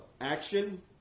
action